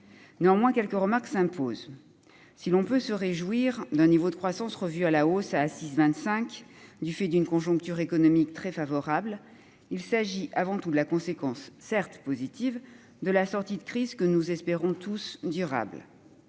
Néanmoins, quelques remarques s'imposent. Si l'on peut se réjouir d'un niveau de croissance revu à la hausse, à 6,25 %, du fait d'une conjoncture économique très favorable, c'est avant tout la conséquence- certes, positive -de la sortie de crise, que nous espérons tous durable.